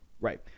Right